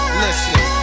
listen